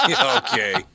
Okay